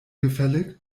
gefällig